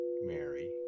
Mary